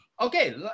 Okay